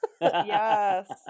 Yes